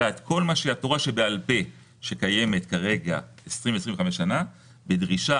אלא כל התורה שבעל-פה שקיימת כרגע במשך 20 שנה הדרישה